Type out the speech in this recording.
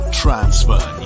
transfer